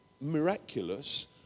miraculous